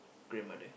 grandmother